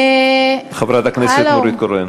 חברת הכנסת נורית קורן.